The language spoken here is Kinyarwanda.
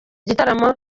igitaramo